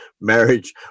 marriage